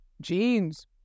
Jeans